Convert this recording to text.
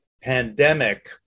pandemic